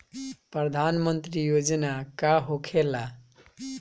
प्रधानमंत्री योजना का होखेला?